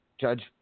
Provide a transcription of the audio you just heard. Judge